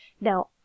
Now